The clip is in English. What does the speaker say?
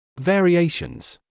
Variations